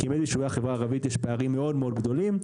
כי לחברה הערבית יש פערים מאוד גדולים,